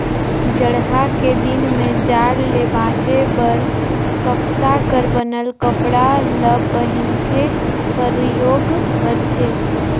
जड़हा के दिन में जाड़ ले बांचे बर कपसा कर बनल कपड़ा ल पहिनथे, परयोग करथे